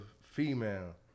female